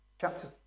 chapter